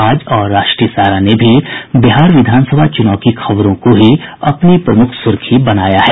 आज और राष्ट्रीय सहारा ने भी बिहार विधानसभा चुनाव की खबरों को ही अपनी प्रमुख सुर्खी बनाया है